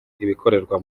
ibikorerwa